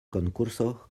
concurso